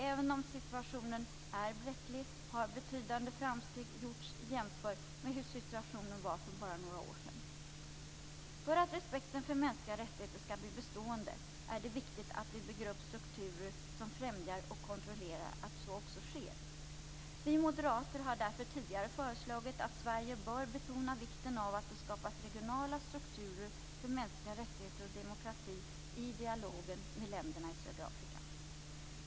Även om situationen är bräcklig har betydande framsteg gjorts jämfört med hur situationen var för bara några år sedan. För att respekten för mänskliga rättigheter skall bli bestående är det viktigt att vi bygger upp strukturer som främjar och kontrollerar att så också sker. Vi moderater har därför tidigare föreslagit att Sverige bör betona vikten av att det skapas regionala strukturer för mänskliga rättigheter och demokrati i dialogen med länderna i södra Afrika.